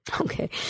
okay